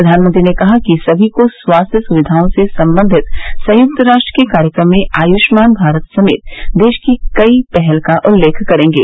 प्रधानमंत्री ने कहा कि सभी को स्वास्थ्य सुविवाओं से संबंधित संयुक्त राष्ट्र के कार्यक्रम में आयुष्मान भारत समेत देश की कई पहल का उल्लेख करेंगे